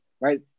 right